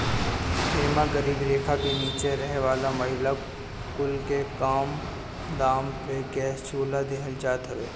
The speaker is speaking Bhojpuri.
एमे गरीबी रेखा के नीचे रहे वाला महिला कुल के कम दाम पे गैस चुल्हा देहल जात हवे